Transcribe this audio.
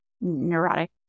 neurotic